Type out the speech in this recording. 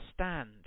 stand